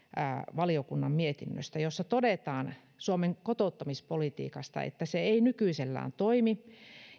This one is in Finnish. mietinnöstä jossa todetaan suomen kotouttamispolitiikasta että se ei nykyisellään toimi